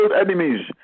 enemies